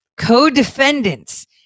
co-defendants